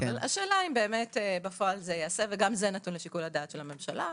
השאלה אם בפועל ייעשה וגם זה נתון לשיקול הדעת של הממשלה.